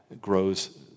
grows